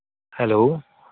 hello